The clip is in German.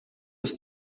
ist